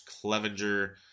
Clevenger